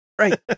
right